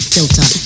Filter